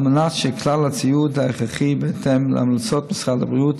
על מנת שכלל הציוד ההכרחי בהתאם להמלצות משרד הבריאות